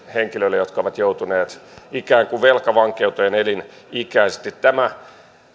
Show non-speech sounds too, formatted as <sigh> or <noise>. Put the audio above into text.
<unintelligible> henkilöille jotka ovat joutuneet ikään kuin velkavankeuteen elinikäisesti tämä